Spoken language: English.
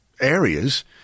areas